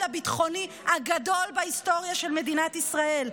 הביטחוני הגדול בהיסטוריה של מדינת ישראל,